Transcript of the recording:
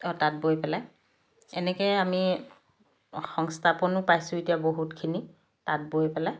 আৰু তাঁত বৈ পেলাই এনেকৈয়ে আমি সংস্থাপনো পাইছোঁ বহুতখিনি তাঁত বৈ পেলাই